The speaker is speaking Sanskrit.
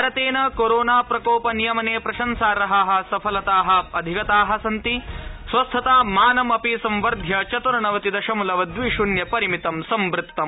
भारतेन कोरोना प्रकोप नियमने प्रशंसार्हा सफलता अधिगतास्ति स्वस्थतामानमपि संवर्ध्य चत्र्णवति दशमलव द्वि शून्य परिमितम् संवृत्तम्